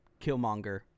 Killmonger